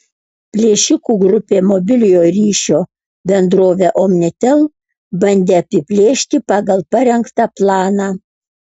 plėšikų grupė mobiliojo ryšio bendrovę omnitel bandė apiplėšti pagal parengtą planą